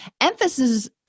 emphasis